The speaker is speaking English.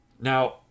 Now